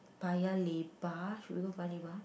Paya-Lebar should we go Paya-Lebar